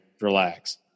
relax